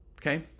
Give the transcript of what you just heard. Okay